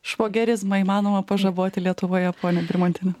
švogerizmą įmanoma pažaboti lietuvoje ponia birmontiene